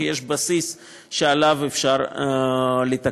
כי יש בסיס שעליו אפשר לתקן.